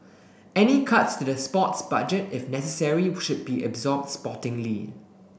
any cuts to the sports budget if necessary should be absorbed sportingly